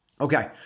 Okay